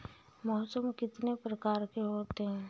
मौसम कितनी प्रकार के होते हैं?